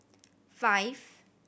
five